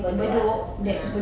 bedok ah ah